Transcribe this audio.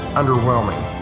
underwhelming